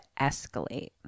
escalate